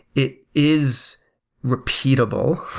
it is repeatable.